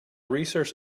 research